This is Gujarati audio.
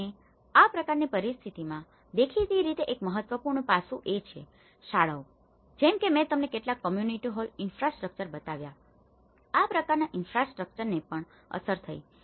અને આ પ્રકારની પરિસ્થિતિઓમાં દેખીતી રીતે એક મહત્વપૂર્ણ પાસું એ શાળાઓ છે જેમ કે મેં તમને કેટલાક કમ્યુનીટી હોલ ઇન્ફ્રાસ્ટ્રક્ચર બતાવ્યા છે આ પ્રકારના ઈન્ફ્રાસ્ટ્રક્ચરને પણ અસર થઈ છે